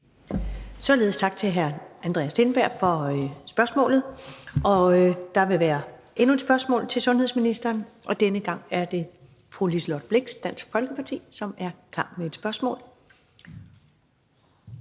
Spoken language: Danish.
Således tak til hr. Andreas Steenberg for spørgsmålet. Der er endnu et spørgsmål til sundhedsministeren og denne gang er det fra fru Liselott Blixt, Dansk Folkeparti, som er klar med et spørgsmål.